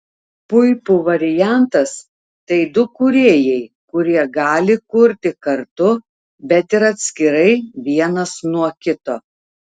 puipų variantas tai du kūrėjai kurie gali kurti kartu bet ir atskirai vienas nuo kito